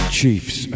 chiefs